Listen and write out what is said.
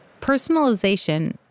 Personalization